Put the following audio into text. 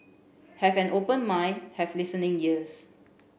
have an open mind have listening ears